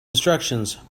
instructions